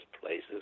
places